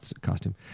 costume